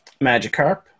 Magikarp